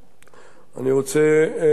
אני רוצה להוסיף,